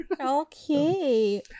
Okay